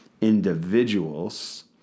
individuals